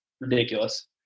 ridiculous